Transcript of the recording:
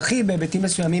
מרחיב בהיבטים מסוימים,